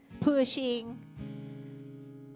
Pushing